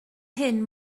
hyn